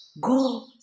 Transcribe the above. go